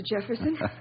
Jefferson